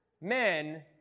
men